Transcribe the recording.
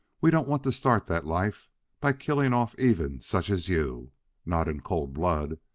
we don't want to start that life by killing off even such as you not in cold blood.